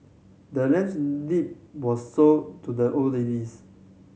the land's deed was sold to the old ladies